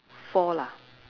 four lah